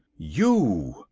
you!